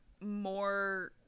more